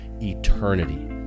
eternity